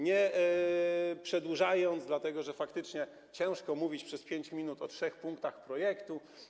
Nie przedłużam, dlatego że faktycznie ciężko mówić przez 5 minut o trzech punktach projektu.